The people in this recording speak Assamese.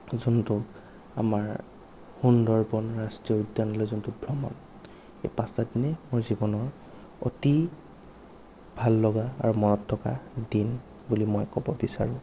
যোনটো আমাৰ সুন্দৰবন ৰাষ্ট্ৰীয় উদ্যানলৈ যোনটো ভ্ৰমণ এই পাঁচটা দিনে মোৰ জীৱনৰ অতি ভাল লগা আৰু মনত থকা দিন বুলি মই ক'ব বিচাৰোঁ